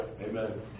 amen